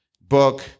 book